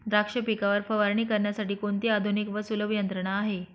द्राक्ष पिकावर फवारणी करण्यासाठी कोणती आधुनिक व सुलभ यंत्रणा आहे?